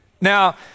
Now